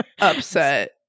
upset